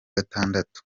gatandatu